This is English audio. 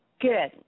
good